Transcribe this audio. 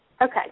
Okay